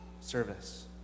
service